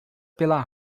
pela